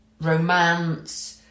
Romance